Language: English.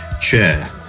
chair